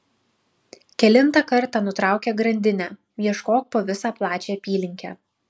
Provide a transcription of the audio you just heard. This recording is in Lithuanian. kelintą kartą nutraukia grandinę ieškok po visą plačią apylinkę